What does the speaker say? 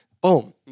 Boom